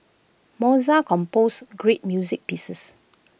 Mozart composed great music pieces